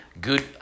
good